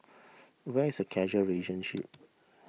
where is the causal relationship